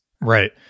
Right